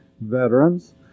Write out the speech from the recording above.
veterans